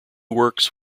works